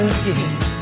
again